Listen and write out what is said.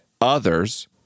others